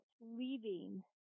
leaving